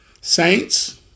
Saints